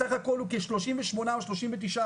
בסך הכול הוא כ-38% או 39%?